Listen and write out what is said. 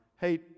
hey